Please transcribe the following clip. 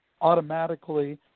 automatically